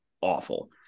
awful